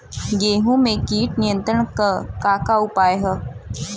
गेहूँ में कीट नियंत्रण क का का उपाय ह?